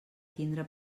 tindre